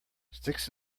sticks